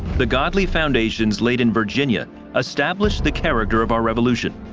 the godly foundations laid in virginia established the character of our revolution.